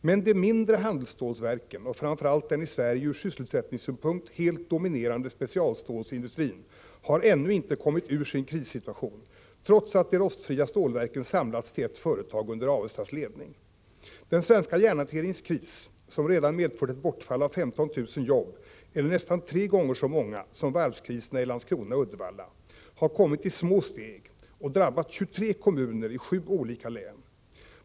Men de mindre handelsstålverken och framför allt den i Sverige ur sysselsättningssynpunkt helt dominerande specialstålsindustrin har ännu inte kommit ur sin krissituation, trots att de rostfria stålverken samlats till ett företag under Avestas ledning. Den svenska järnhanteringens kris — som redan medfört ett bortfall av 15 000 jobb eller nästan tre gånger så många som varvskriserna i Landskrona och Uddevalla — har kommit i små steg, och drabbat 23 kommuner i sju län.